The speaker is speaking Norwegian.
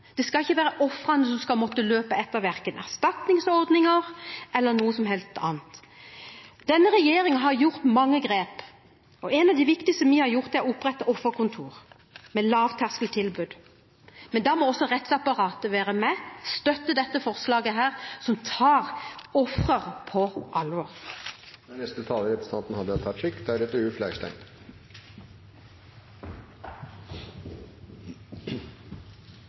Det skal ikke være ofrene som skal måtte løpe etter verken erstatningsordninger eller noe som helst annet. Denne regjeringen har gjort mange grep, og et av de viktigste vi har gjort, er å opprette offerkontor, med lavterskeltilbud. Men da må også rettsapparatet være med, støtte dette forslaget, som tar ofrene på alvor. Dette er